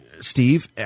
Steve